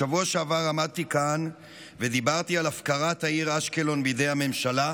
בשבוע שעבר עמדתי כאן ודיברתי על הפקרת העיר אשקלון בידי הממשלה,